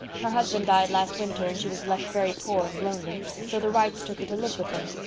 her husband died last winter and she was left very poor and lonely, so the wrights took her to live with them.